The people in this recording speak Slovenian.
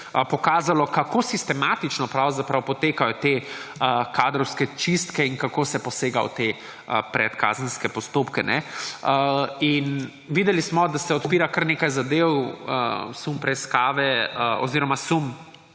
pokazalo, kako sistematično pravzaprav potekajo te kadrovske čistke in kako se posega v te predkazenske postopke. Videli smo, da se odpira kar nekaj zadev, sum preiskave oziroma sum